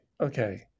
Okay